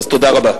תודה רבה.